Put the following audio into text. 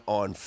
on